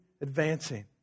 advancing